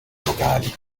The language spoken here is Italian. vocali